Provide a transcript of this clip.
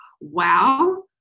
wow